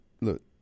look